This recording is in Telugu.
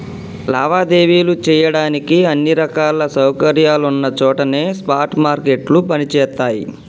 లావాదేవీలు చెయ్యడానికి అన్ని రకాల సౌకర్యాలున్న చోటనే స్పాట్ మార్కెట్లు పనిచేత్తయ్యి